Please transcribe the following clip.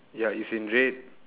ya it's in red